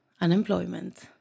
unemployment